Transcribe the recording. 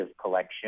collection